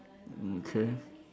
mm K